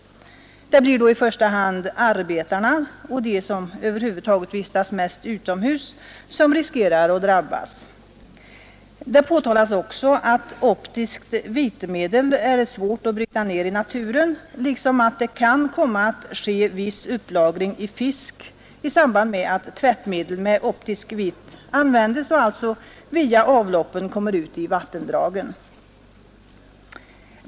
Det blir då i första hand arbetarna och de som över huvud taget vistas mest utomhus som riskerar att drabbas. Det påtalas också att optiskt vitmedel är svårt att bryta ner i naturen, liksom att det kan komma att ske viss upplagring i fisk i samband med att tvättmedel med optiskt vitt användes och alltså via avloppen kommer ut i vattendragen.